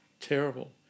terrible